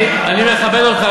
אני מכבד אותך,